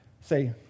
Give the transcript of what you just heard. say